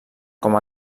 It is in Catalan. com